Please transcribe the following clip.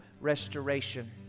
restoration